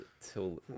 till